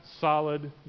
solid